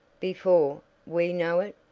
before we know it,